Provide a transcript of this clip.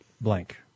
blank